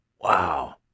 Wow